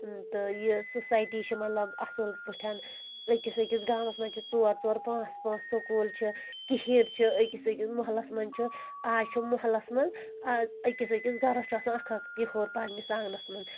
تہٕ یہِ سوسایٹی چھِ مطلب اصٕل پٲٹھۍ أکِس أکِس گامَس منٛز چھِ ژور ژور پانژھ پانژھ سکوٗل چھِ کِہیٖرۍ چھِ أکِس أکِس محلس منز چھُ آز چھُ محلس منز أکِس أکِس گرس منٛز چھُ آسان آکھ اکھ کِہُر پَننِس آنگنس منز